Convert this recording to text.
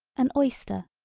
an oyster,